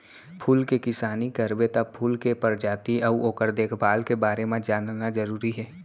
फूल के किसानी करबे त फूल के परजाति अउ ओकर देखभाल के बारे म जानना जरूरी हे